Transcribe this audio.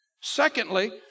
Secondly